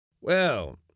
Well